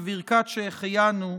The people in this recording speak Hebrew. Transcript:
בברכת שהחיינו,